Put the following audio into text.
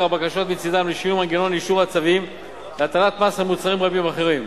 הבקשות מצדם לשינוי מנגנון אישור הצווים להטלת מס על מוצרים רבים אחרים.